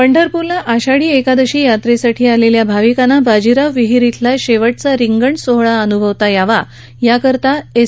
पंढरपूरला आषाढी एकादशी यात्रेसाठी आलेल्या भाविकांना बाजीराव विहीर शिला शेवटचा रिंगण सोहळा अनुभवता यावा याकरता एस